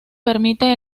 permite